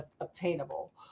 obtainable